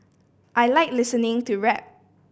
I like listening to rap